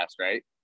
right